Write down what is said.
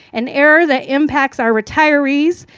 an error that impacts our retirees,